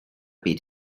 byd